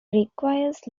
requires